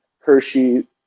Hershey